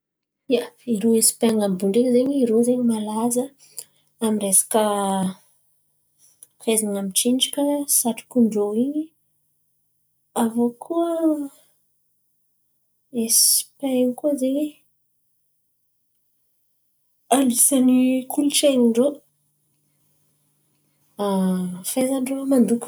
Ia, irô Esipen̈y àby io ndreky zen̈y, irô zen̈y malaza aminy resaka fahaizan̈a mintsinjaka, satroko ndrô in̈y. Avô koa misy pen̈y koa zen̈y, anisany kolontsain̈y ndrô, fahaizan-drô mandoky.